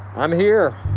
i'm here.